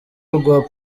rwa